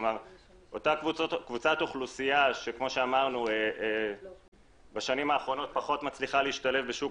אותה קבוצת אוכלוסייה שבשנים האחרונות מצליחה פחות להשתלב בשוק